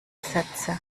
sätze